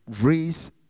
raise